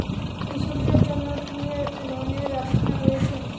কৃষকদের জন্য কি কি লোনের ব্যবস্থা রয়েছে?